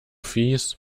fieß